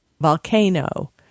volcano